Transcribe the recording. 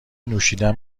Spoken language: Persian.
نوشیدن